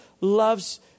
loves